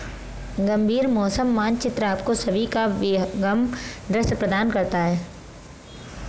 गंभीर मौसम मानचित्र आपको सभी का विहंगम दृश्य प्रदान करता है